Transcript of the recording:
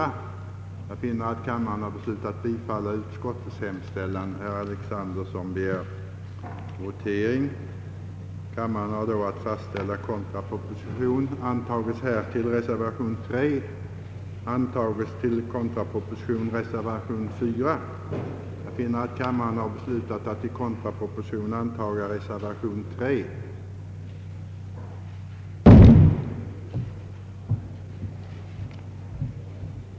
Vissa olägenheter skulle ändå följa med detta. Kommunernas invånare går till kommunalkontoret för kommunens angelägenheter.